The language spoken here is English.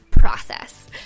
process